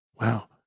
Wow